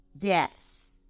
Yes